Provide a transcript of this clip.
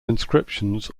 inscriptions